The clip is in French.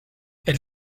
elle